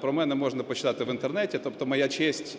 Про мене можна почитати в Інтернеті. Тобто моя честь